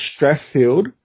Strathfield